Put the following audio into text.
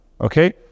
Okay